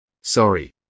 Sorry